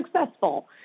successful